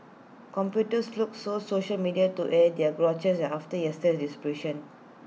commuters look so social media to air their grouses after yesterday's disruption